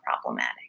problematic